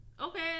Okay